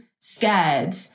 scared